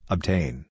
Obtain